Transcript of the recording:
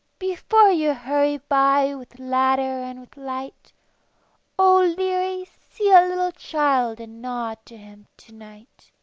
before you hurry by with ladder and with light o leerie, see a little child and nod to him to-night!